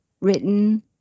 written